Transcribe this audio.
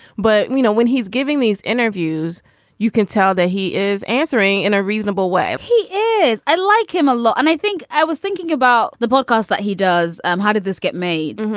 but you know when he's giving these interviews you can tell that he is answering in a reasonable way he is. i like him a lot and i think i was thinking about the podcast that he does. um how did this get made.